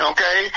Okay